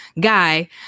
guy